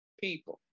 people